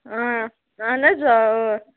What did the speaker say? آ اَہَن حظ آ اَوا